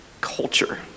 culture